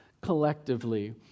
collectively